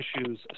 issues